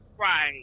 Right